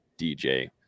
DJ